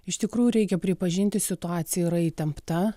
iš tikrųjų reikia pripažinti situacija yra įtempta